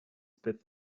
spit